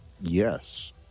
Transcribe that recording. Yes